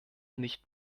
nicht